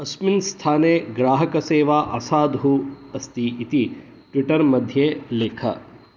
अस्मिन् स्थाने ग्राहकसेवा असाधु अस्ति इति ट्विट्टर् मध्ये लिख